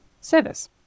service